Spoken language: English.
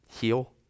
heal